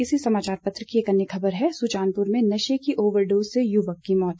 इसी समाचार पत्र की एक अन्य खबर है सुजानपुर में नशे की ओवरडोज से युवक की मौत